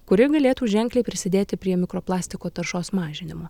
kuri galėtų ženkliai prisidėti prie mikroplastiko taršos mažinimo